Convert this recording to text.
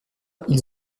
offrent